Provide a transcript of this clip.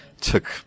took